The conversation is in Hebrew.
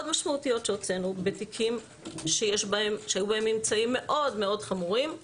משמעותיות שהוצאנו בתיקים שהיו בהם ממצאים מאוד חמורים,